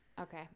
Okay